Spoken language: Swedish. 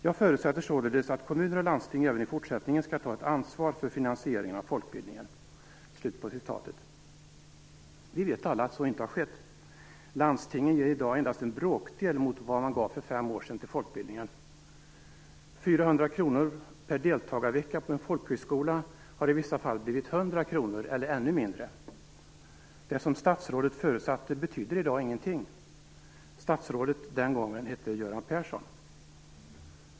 Han förutsatte således att kommuner och landsting även i fortsättningen skulle ta ett ansvar för finansieringen av folkbildningen. Vi vet alla att så inte har skett. Landstingen ger i dag endast en bråkdel av vad de gav för fem år sedan till folkbildningen. 400 kr per deltagarvecka på en folkhögskola har i vissa fall blivit 100 kr, eller ännu mindre. Det som statsrådet förutsatte betyder i dag ingenting. Statsrådet den gången hette Göran Persson.